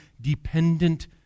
dependent